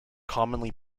commonly